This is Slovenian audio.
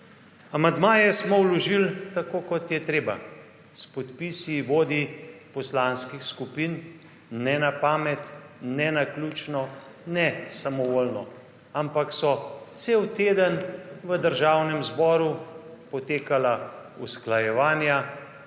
Amandmaje smo vložili tako kot je treba, s podpisi vodij poslanskih skupin, ne na pamet, ne naključno, ne samovoljno, ampak so cel teden v Državnem zboru potekala usklajevanja,